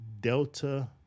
Delta